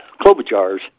Klobuchar's